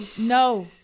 No